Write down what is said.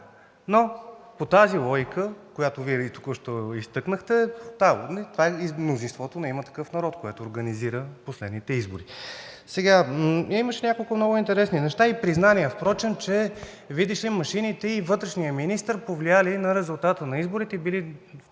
Но по тази логика, която Вие току-що изтъкнахте, това е мнозинството на „Има такъв народ“, което организира последните избори. Впрочем имаше няколко много интересни неща и признания, че видиш ли, машините и вътрешният министър повлияли на резултата на изборите и били